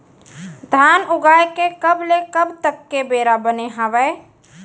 धान उगाए के कब ले कब तक के बेरा बने हावय?